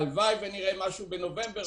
הלוואי נראה משהו בנובמבר.